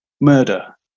murder